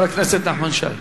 חבר הכנסת נחמן שי.